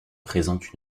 présente